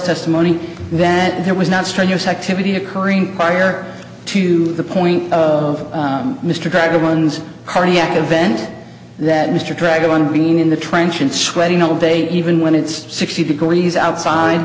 testimony that there was not strenuous activity occurring prior to the point of mr geiger one's cardiac event that mr drag on being in the trench and sweaty no they even when it's sixty degrees outside